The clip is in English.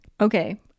okay